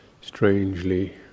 strangely